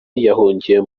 yahungiye